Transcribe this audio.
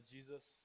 Jesus